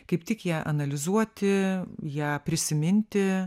kaip tik ją analizuoti ją prisiminti